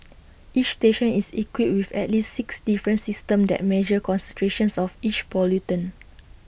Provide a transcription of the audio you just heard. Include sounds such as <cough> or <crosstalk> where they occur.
<noise> each station is equipped with at least six different systems that measure concentrations of each pollutant <noise>